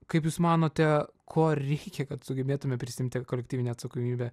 kaip jūs manote ko reikia kad sugebėtume prisiimti kolektyvinę atsakomybę